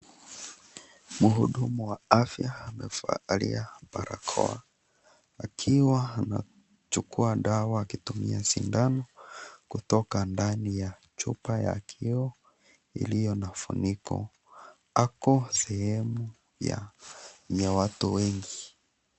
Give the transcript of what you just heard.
Mhudumu wa afya amevalia barakoa akiwa anachukua dawa akitumia sindano kutoka ndani ya chupa ya kioo iliyo na funiko. Ako sehemu yenye watu wengi.